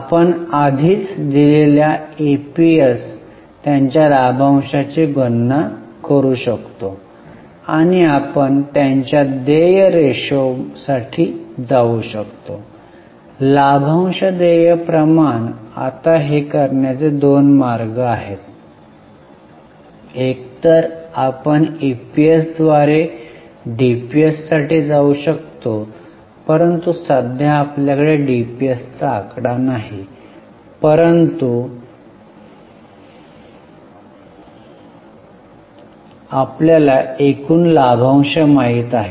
आपण आधीच दिलेला ईपीएस त्यांच्या लाभांशांची गणना करू शकतो आणि आपण त्यांच्या देय रेशोसाठी जाऊ शकतो लाभांश देय प्रमाण आता हे करण्याचे दोन मार्ग आहेत एकतर आपण ईपीएसद्वारे डीपीएससाठी जाऊ शकतो परंतु सध्या आपल्याकडे डीपीएसचा आकडा नाही परंतु आपल्याला एकूण लाभांश माहित आहे